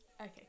okay